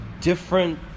different